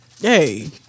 Hey